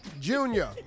Junior